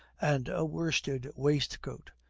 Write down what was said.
and a worsted waistcoat,